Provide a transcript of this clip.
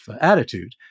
attitude